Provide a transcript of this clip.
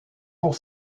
pour